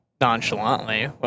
nonchalantly